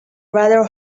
rather